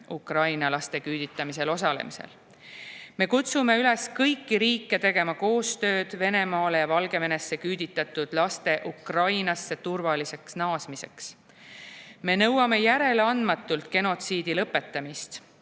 Ukraina laste küüditamisel osalemisel. Me kutsume üles kõiki riike tegema koostööd Venemaale ja Valgevenesse küüditatud laste Ukrainasse turvaliseks naasmiseks. Me nõuame järeleandmatult genotsiidi lõpetamist.